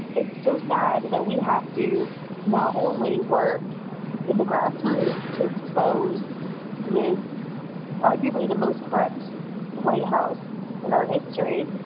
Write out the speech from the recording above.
it's so sad that we have to not only work in the grassroots to expose this arguably the most corrupt white house in our history,